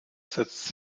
setzte